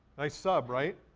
nice sub, right?